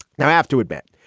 now, i have to admit.